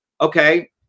Okay